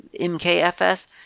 mkfs